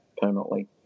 permanently